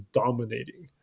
dominating 。